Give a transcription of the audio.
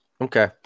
Okay